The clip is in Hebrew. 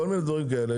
כל מיני דברים כאלה,